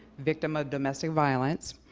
victim of domestic violence,